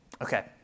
Okay